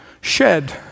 shed